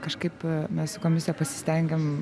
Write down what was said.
kažkaip mes su komisija pasistengėm